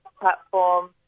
platform